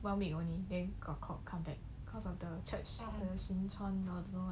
one week only then got called come back because of the church